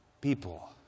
people